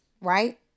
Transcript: Right